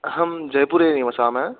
अहं जयपुरे निवसामि